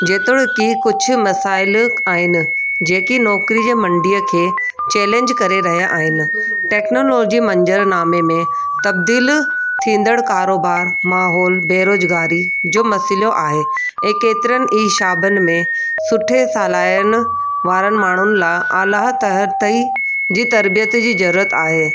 जेतिरो की कुझु मसाईल आहिनि जेकी नौकिरीअ जी मंडीअ खे चेलेंज करे रहिया आहिनि टेक्नोलिजी मंजर नामे में तबदील थींदड़ कारोबारु माहोल बेरोज़गारी जो मसीलो आहे ऐ केतिरनि ई शाबनि में सुठे सालाइन वारनि माण्हुनि लाइ आलाह तहत तई जी तरिबयत जी ज़रूरत आहे